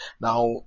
Now